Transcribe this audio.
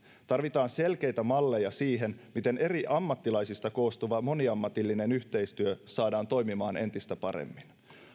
tarvitaan selkeitä malleja siihen miten eri ammattilaisista koostuva moniammatillinen yhteistyö saadaan toimimaan entistä paremmin